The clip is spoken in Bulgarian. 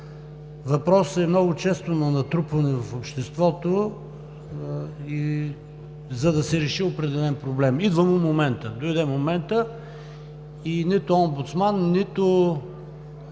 Въпросът е много често на натрупване в обществото, за да се реши определен проблем. Идва му моментът. Дойде моментът и нито омбудсман, нито